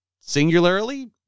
Singularly